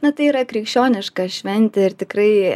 na tai yra krikščioniška šventė ir tikrai